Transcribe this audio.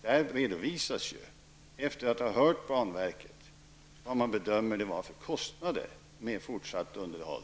Där redovisar man ju, efter att ha hört banverket, vilka kostnader man bedömer vara förenade med fortsatt underhåll.